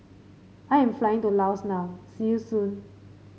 I am flying to Laos now see you soon